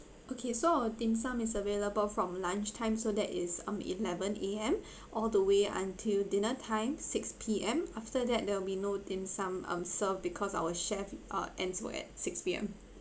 okay so our dim sum is available from lunchtime so that is um eleven A_M all the way until dinner time six P_M after that there will be no dim sum um served because our chefs uh ends will at six P_M